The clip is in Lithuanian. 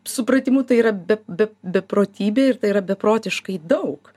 supratimu tai yra be be beprotybė ir tai yra beprotiškai daug